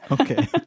Okay